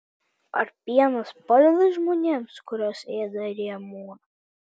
ar pienas padeda žmonėms kuriuos ėda rėmuo